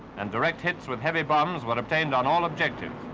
and direct hits with heavy bombs were obtained on all objectives.